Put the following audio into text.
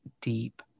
deep